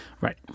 Right